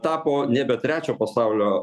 tapo nebe trečio pasaulio